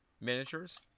Miniatures